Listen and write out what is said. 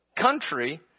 country